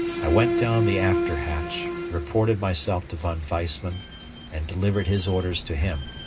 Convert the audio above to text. i went down the after hatch, reported myself to von weissman and delivered his orders to him,